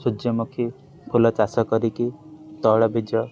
ସୂର୍ଯ୍ୟମୁଖୀ ଫୁଲ ଚାଷ କରିକି ତୈଳବୀଜ